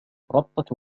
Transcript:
ربطة